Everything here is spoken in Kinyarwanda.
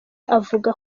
avuga